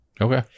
Okay